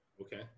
Okay